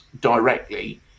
directly